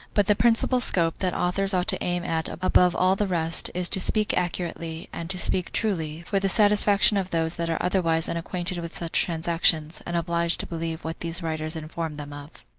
but the principal scope that authors ought to aim at above all the rest, is to speak accurately, and to speak truly, for the satisfaction of those that are otherwise unacquainted with such transactions, and obliged to believe what these writers inform them of.